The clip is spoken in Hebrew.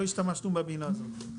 לא השתמשנו במילה הזאת.